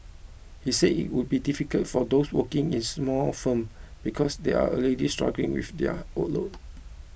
he said it would be difficult for those working in small firm because they are already struggling with their workload